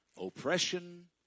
oppression